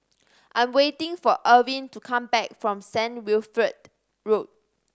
I'm waiting for Irving to come back from Saint Wilfred Road